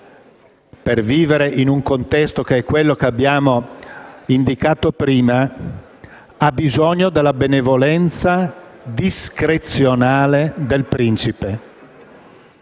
per vivere in un contesto che è quello che abbiamo indicato prima, ha bisogno della benevolenza discrezionale del principe.